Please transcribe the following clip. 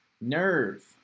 Nerve